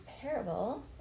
parable